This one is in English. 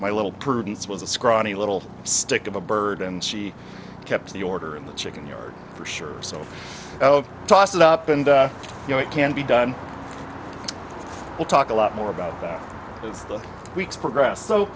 my little prudence was a scrawny little stick of a bird and she kept the order in the chicken yard for sure so i'll toss it up and you know it can be done we'll talk a lot more about that as the weeks progress so